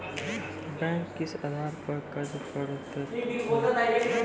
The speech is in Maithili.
बैंक किस आधार पर कर्ज पड़तैत हैं?